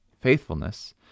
faithfulness